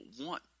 want